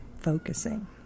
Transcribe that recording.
focusing